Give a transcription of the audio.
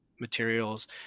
materials